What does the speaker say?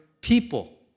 people